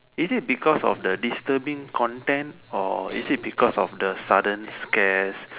is it because of the disturbing Content or is it because of the sudden scares